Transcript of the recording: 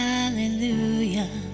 Hallelujah